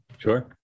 Sure